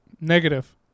negative